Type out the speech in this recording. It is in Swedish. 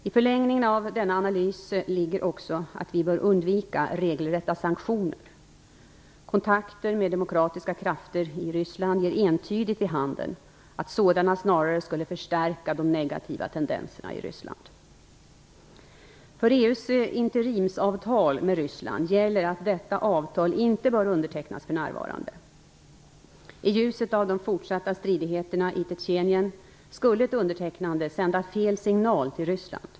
I förlängningen av denna analys ligger också att vi bör undvika regelrätta sanktioner. Kontakter med demokratiska krafter i Ryssland ger entydigt vid handen att sådana snarare skulle förstärka de negativa tendenserna i Ryssland. För EU:s interimsavtal med Ryssland gäller att detta avtal inte bör undertecknas för närvarande. I ljuset av de fortsatta stridigheterna i Tjetjenien skulle ett undertecknande sända fel signal till Ryssland.